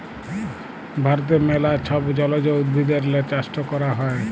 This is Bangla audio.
ভারতে ম্যালা ছব জলজ উদ্ভিদেরলে চাষট ক্যরা হ্যয়